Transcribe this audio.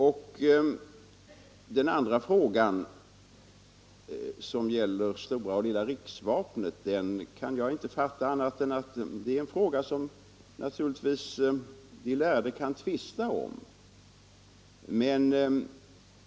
När det gäller frågan om stora och lilla riksvapnet kan jag inte fatta annat än att det är en fråga som de lärde kan tvista om.